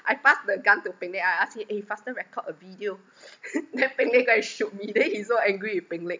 I passed the gun to peng lek I ask him eh faster record a video then peng lek go and shoot me then he so angry with peng lek